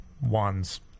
wands